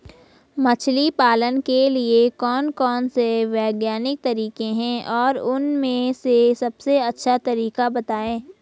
मछली पालन के लिए कौन कौन से वैज्ञानिक तरीके हैं और उन में से सबसे अच्छा तरीका बतायें?